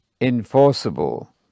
enforceable